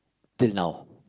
till now